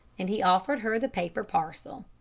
and he offered her the paper parcel.